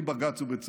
"בלי בג"ץ ובלי בצלם",